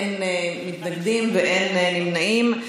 אין מתנגדים ואין נמנעים.